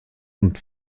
und